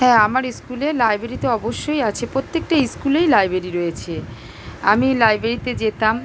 হ্যাঁ আমার ইস্কুলে লাইব্রেরি তো অবশ্যই আছে প্রত্যেকটা ইস্কুলেই লাইব্রেরি রয়েছে আমি লাইব্রেরিতে যেতাম